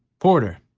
porter,